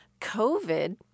COVID